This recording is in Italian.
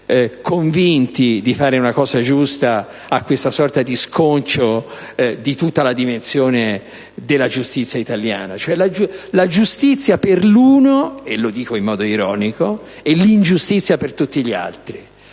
convinti di fare una cosa giusta, a questa sorta di sconcio di tutta la dimensione della giustizia italiana? In sostanza, la giustizia per l'uno - lo dico in modo ironico - e l'ingiustizia per tutti gli altri.